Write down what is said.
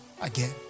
again